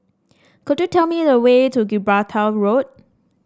could you tell me the way to Gibraltar Road